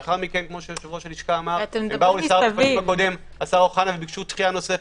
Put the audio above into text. לאחר מכן השר אוחנה ביקש דחייה נוספת.